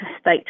State